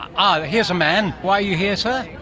um ah, here's a man. why are you here, sir?